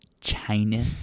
china